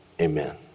Amen